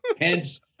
Hence